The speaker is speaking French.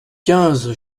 quinze